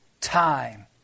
Time